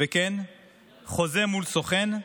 וכן חוזה מול סוכן,